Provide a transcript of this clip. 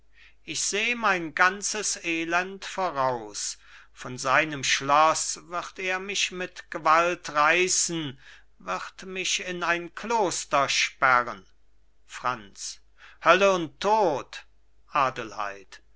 ich seh mein ganzes elend voraus von seinem schloß wird er mich mit gewalt reißen wird mich in ein kloster sperren franz hölle und tod adelheid